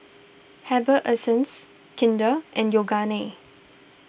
Herbal Essences Kinder and Yoogane